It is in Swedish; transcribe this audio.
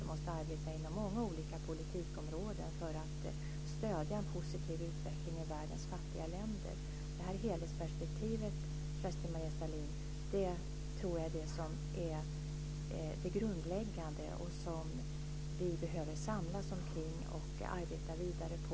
Vi måste arbeta inom många olika politikområden för att stödja en positiv utveckling i världens fattiga länder. Det här helhetsperspektivet, Kerstin-Maria Stalin, tror jag är det grundläggande och det som vi behöver samlas omkring och arbeta vidare på.